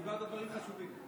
דיברת דברים חשובים.